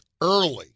early